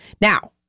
Now